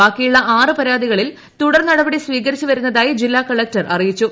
ബാക്കിയുള്ള ആറു പരാതികളിൽ തുടർനടപടി സ്വീകരിച്ചു വരുന്നതായി ജില്ലാ കളക്ടർ അറിയിച്ചു